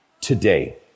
today